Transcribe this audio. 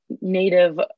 native